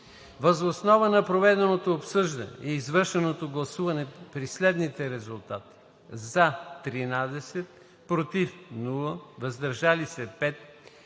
Въз основа на проведеното обсъждане и извършеното гласуване при следните резултати: „за“ – 13, без „против“, „въздържал се“